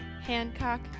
Hancock